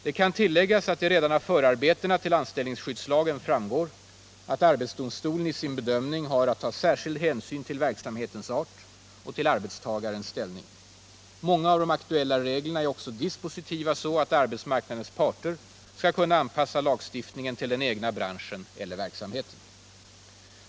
Det kan tilläggas att det redan av förarbetena till anställningsskyddslagen framgår, att arbetsdomstolen i sin bedömning har att ta särskild hänsyn till verksamhetens art och till arbetstagarnas ställning. Många av de aktuella reglerna är också dispositiva så att arbetsmarknadens parter skall kunna anpassa lagstiftningen till den egna branschen eller verksamheten.